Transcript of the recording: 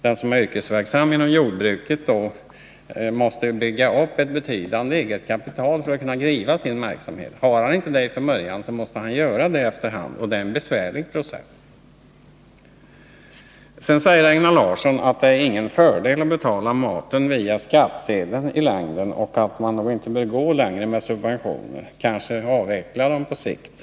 Den som är yrkesverksam inom jordbruket måste ju bygga upp ett betydande eget kapital för att kunna driva sin verksamhet. Har han det inte från början, måste han bygga upp det efter hand, och det är en besvärlig process. Einar Larsson sade också att det i längden inte är någon fördel att betala maten via skattsedeln och att man nog inte borde gå vidare på den vägen utan kanske avveckla subventionerna på sikt.